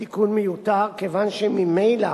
התיקון מיותר, כיוון שממילא